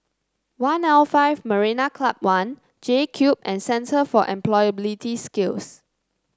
One L Five Marina Club One JCube and Centre for Employability Skills